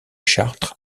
chartres